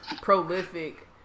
prolific